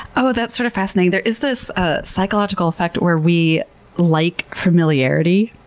oh, that's sort of fascinating. there is this ah psychological effect where we like familiarity.